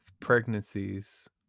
pregnancies